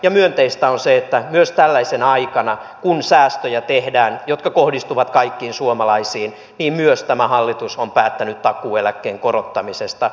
ja myönteistä on se että myös tällaisena aikana kun säästöjä tehdään jotka kohdistuvat kaikkiin suomalaisiin tämä hallitus on päättänyt takuueläkkeen korottamisesta